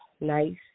nice